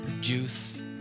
Juice